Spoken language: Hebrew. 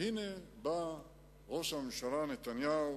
והנה בא ראש הממשלה נתניהו